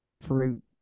fruit